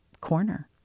corner